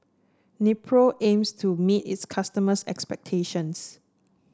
Nepro aims to meet its customers' expectations